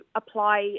apply